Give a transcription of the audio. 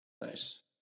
Nice